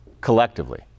collectively